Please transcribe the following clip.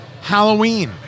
Halloween